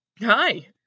hi